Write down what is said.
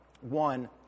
One